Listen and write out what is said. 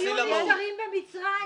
הם היו נשארים במצרים ולא מגיעים לסיני.